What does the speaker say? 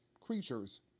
creatures